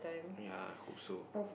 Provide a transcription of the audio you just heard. ya I hope so